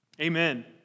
Amen